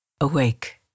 awake